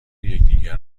یکدیگر